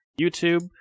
youtube